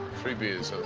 three beers.